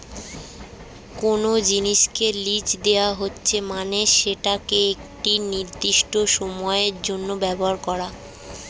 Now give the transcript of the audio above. কোনো জিনিসকে লীজ দেওয়া হচ্ছে মানে সেটাকে একটি নির্দিষ্ট সময়ের জন্য ব্যবহার করা